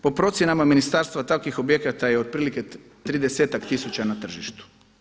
Po procjenama ministarstva takvih objekata je otprilike 30-ak tisuća na tržištu.